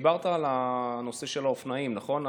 דיברת על הנושא של האופנועים, נכון?